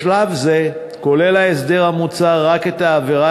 בשלב זה ההסדר המוצע כולל רק את העבירה